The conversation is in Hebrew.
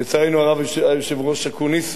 לצערנו הרב, היושב-ראש אקוניס.